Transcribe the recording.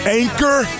anchor